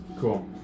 Cool